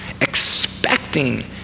Expecting